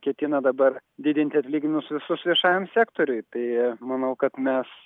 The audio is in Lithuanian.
ketina dabar didinti atlyginimus visus viešajam sektoriui tai manau kad mes